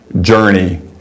journey